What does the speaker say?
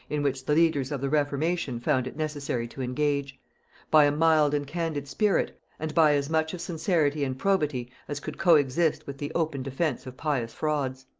in which the leaders of the reformation found it necessary to engage by a mild and candid spirit, and by as much of sincerity and probity as could co-exist with the open defence of pious frauds.